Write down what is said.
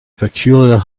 peculiar